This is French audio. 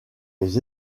les